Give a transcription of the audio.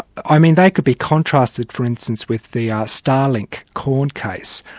i mean they could be contrasted for instance with the ah starlink corn case.